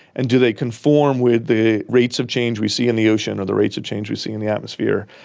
and do they conform with the rates of change we see in the ocean or the rates of change we see in the atmosphere.